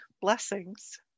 blessings